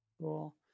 Cool